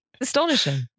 Astonishing